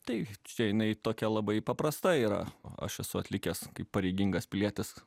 tai čia jinai tokia labai paprasta yra o aš esu atlikęs kaip pareigingas pilietis